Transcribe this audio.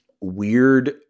weird